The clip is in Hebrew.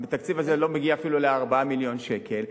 התקציב הזה לא מגיע אפילו ל-4 מיליון שקל.